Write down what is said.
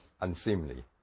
unseemly